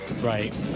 right